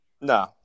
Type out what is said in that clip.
No